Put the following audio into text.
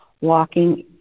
Walking